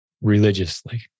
religiously